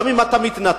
גם אם אתה מתנתק,